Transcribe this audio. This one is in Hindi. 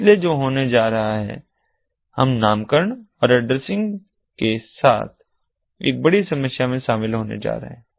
इसलिए जो होने जा रहा है हम नामकरण और एड्रेसिंग के साथ एक बड़ी समस्या में शामिल होने जा रहे हैं